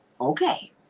Okay